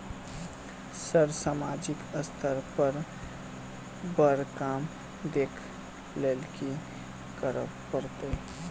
Sir सामाजिक स्तर पर बर काम देख लैलकी करऽ परतै?